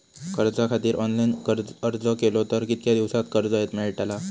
कर्जा खातीत ऑनलाईन अर्ज केलो तर कितक्या दिवसात कर्ज मेलतला?